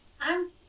I'm-